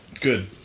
Good